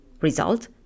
Result